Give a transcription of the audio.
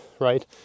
right